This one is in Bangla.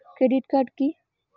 Credit card key?